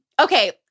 okay